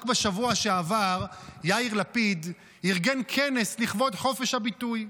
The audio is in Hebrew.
רק בשבוע שעבר יאיר לפיד ארגן כנס לכבוד חופש הביטוי.